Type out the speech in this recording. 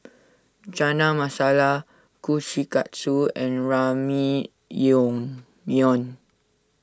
Chana Masala Kushikatsu and